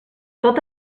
tot